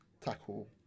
tackle